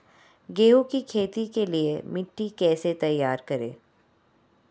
गेहूँ की खेती के लिए मिट्टी कैसे तैयार करें?